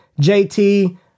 JT